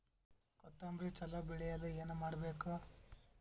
ಕೊತೊಂಬ್ರಿ ಚಲೋ ಬೆಳೆಯಲು ಏನ್ ಮಾಡ್ಬೇಕು?